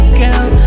girl